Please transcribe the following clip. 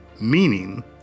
meaning